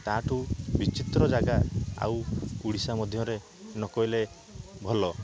ତାଠୁ ବିଚିତ୍ର ଜାଗା ଆଉ ଓଡ଼ିଶା ମଧ୍ୟରେ ନ କହିଲେ ଭଲ